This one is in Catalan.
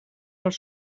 als